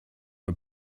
for